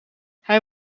hij